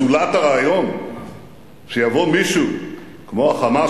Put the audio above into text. זולת הרעיון שיבוא מישהו כמו ה"חמאס",